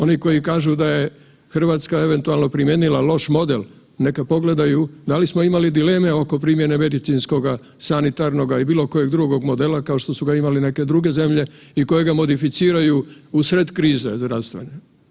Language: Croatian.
Oni koji kažu da je Hrvatska eventualno primijenila loš model, neka pogledaju da li smo imali dileme oko primjene medicinskoga, sanitarnoga ili bilo kojeg drugog modela kao što su ga imale neke zemlje i kojega modificiraju u sred krize zdravstvene.